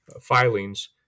filings